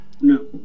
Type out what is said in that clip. No